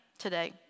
today